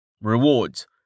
Rewards